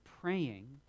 praying